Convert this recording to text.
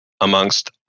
amongst